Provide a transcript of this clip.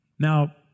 Now